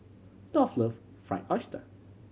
Dolph love Fried Oyster